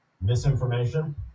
misinformation